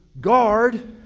Guard